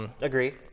Agree